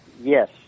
Yes